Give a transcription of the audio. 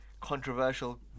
controversial